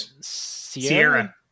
Sierra